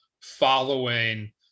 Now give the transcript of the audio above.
following